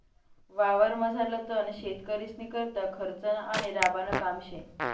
वावरमझारलं तण शेतकरीस्नीकरता खर्चनं आणि राबानं काम शे